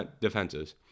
defenses